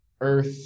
earth